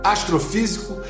Astrofísico